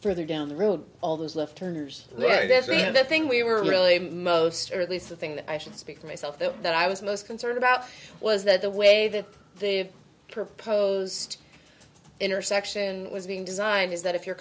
further down the road all those left turners legacy and the thing we were really most or at least the thing that i should speak for myself though that i was most concerned about was that the way that the proposed intersection was being designed is that if you're